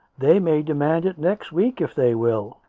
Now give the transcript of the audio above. they may demand it next week, if they will!